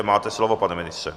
Máte slovo, pane ministře.